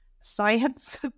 science